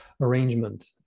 arrangement